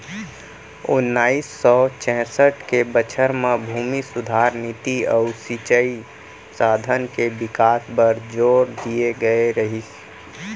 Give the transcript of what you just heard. ओन्नाइस सौ चैंसठ के बछर म भूमि सुधार नीति अउ सिंचई साधन के बिकास बर जोर दिए गए रहिस